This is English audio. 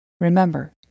Remember